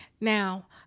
Now